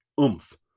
oomph